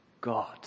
God